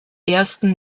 ersten